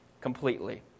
completely